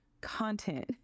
content